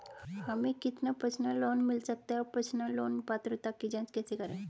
हमें कितना personal loan मिल सकता है और पर्सनल लोन पात्रता की जांच कैसे करें?